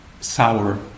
sour